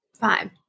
Five